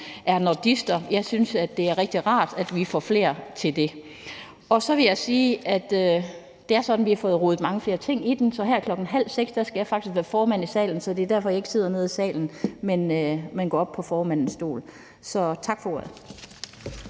er nordister. Jeg synes, det er rigtig rart, at vi får flere med der. Så vil jeg også lige sige, at det er sådan, at der er kommet rod i mange flere ting, så her kl. 17.30 skal jeg faktisk sidde som formand i salen, så det er derfor, jeg ikke sidder nede i salen, men er gået op på formandens stol. Tak for ordet.